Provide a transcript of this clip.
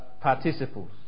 participles